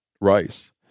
rice